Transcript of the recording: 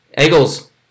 Eagles